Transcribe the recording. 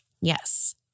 Yes